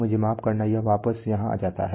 मुझे माफ करना यह वापस यहां जाता है